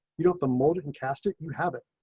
you know, the molding and casting you have it.